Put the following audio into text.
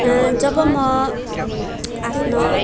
जब म आफ्नो